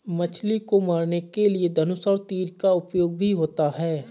मछली को मारने के लिए धनुष और तीर का उपयोग भी होता है